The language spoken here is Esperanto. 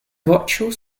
voĉo